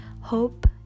hope